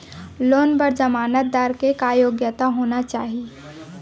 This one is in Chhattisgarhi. लोन बर जमानतदार के का योग्यता होना चाही?